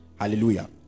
hallelujah